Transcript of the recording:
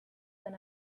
than